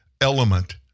element